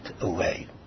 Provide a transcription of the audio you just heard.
away